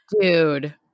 Dude